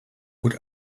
would